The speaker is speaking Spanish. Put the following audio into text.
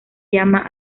llama